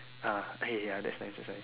ah eh ya that's nice that's nice